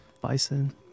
Bison